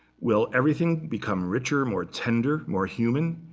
will everything become richer, more tender, more human?